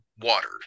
water